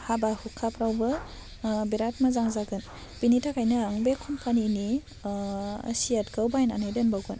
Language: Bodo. हाबा हुखाफ्रावबो बिराद मोजां जागोन बेनि थाखायनो आं बे कम्पानिनि सियारखौ बायनानै दोनबावगोन